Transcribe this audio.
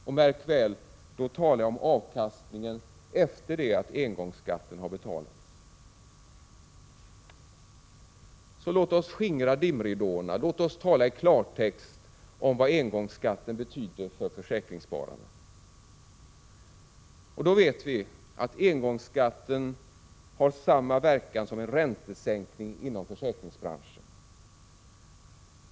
Och märk väl: då talar 12 december 1986 jag om avkastningen efter det att engångsskatten har betalats! Så låt oss skingra dimridåerna, låt oss tala i klartext om vad engångsskatten betyder för försäkringsspararna! Då vet vi att engångsskatten har samma verkan som en räntesänkning inom försäkringsbranschen.